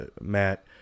Matt